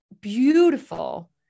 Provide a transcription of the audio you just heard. beautiful